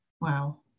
Wow